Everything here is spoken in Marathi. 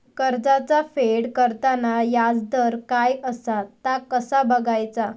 कर्जाचा फेड करताना याजदर काय असा ता कसा बगायचा?